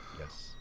Yes